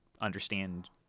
understand